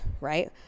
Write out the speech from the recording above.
right